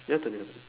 your turn your turn